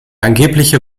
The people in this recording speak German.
angebliche